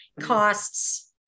costs